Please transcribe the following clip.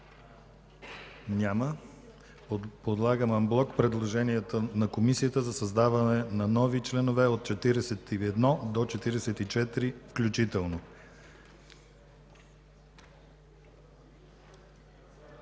Няма. Подлагам анблок предложението на Комисията за създаване на нови параграфи от 41 до 44 включително.